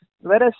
Whereas